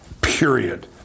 Period